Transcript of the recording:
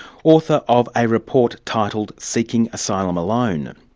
author of a report titled seeking asylum alone. and